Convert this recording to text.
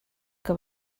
que